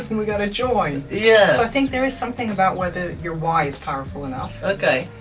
and we gotta join. yeah so i think there is something about whether your why is powerful enough. okay.